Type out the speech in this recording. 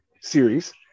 series